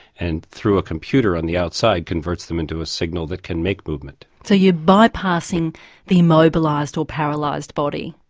and through a computer on the outside converts them into a signal that can make movement. so you're bypassing the immobilised or paralysed body?